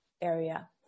area